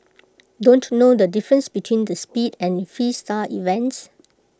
don't know the difference between the speed and Freestyle events